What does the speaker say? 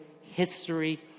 history